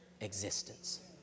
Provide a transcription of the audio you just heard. existence